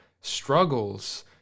struggles